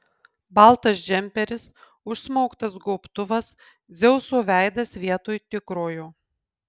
baltas džemperis užsmauktas gobtuvas dzeuso veidas vietoj tikrojo